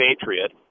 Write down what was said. Patriot